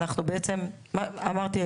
אמרתי,